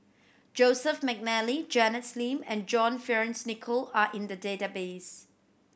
Joseph McNally Janet Lim and John Fearns Nicoll are in the database